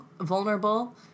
vulnerable